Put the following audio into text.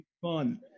fun